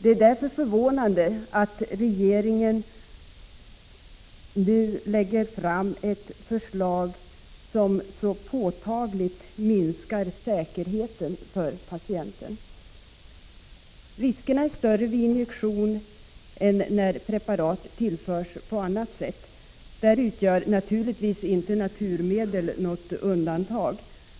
Det är därför förvånande att regeringen nu lägger fram ett förslag, som påtagligt minskar säkerheten för patienten. Riskerna är större vid injektion än när preparat tillförs på annat sätt. Där utgör naturligtvis inte naturmedel något undantag.